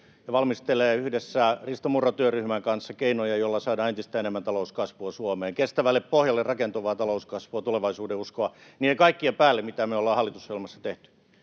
valmistelee yhdessä Risto Murron työryhmän kanssa keinoja, joilla saadaan entistä enemmän talouskasvua Suomeen, kestävälle pohjalle rakentuvaa talouskasvua ja tulevaisuudenuskoa, niiden kaikkien päälle, mitä me ollaan hallitusohjelmassa tehty.